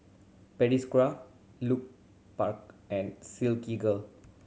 Pediasure Lupark and Silkygirl